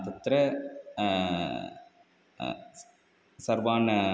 तत्र स् सर्वान्